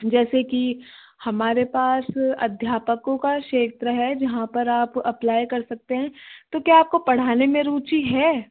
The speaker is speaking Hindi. जैसे की हमारे पास अध्यापकों का क्षेत्र है जहाँ पर आप अप्लाइ कर सकते है तो क्या आपको पढ़ने में रुचि है